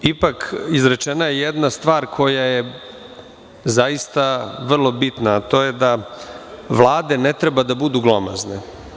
Ipak, izrečena je jedna stvar koja je zaista vrlo bitna, a to je da vlade ne treba da budu glomazne.